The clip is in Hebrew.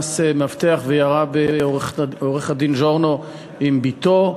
שנכנס מאבטח וירה בעורך-הדין ז'ורנו ובבתו.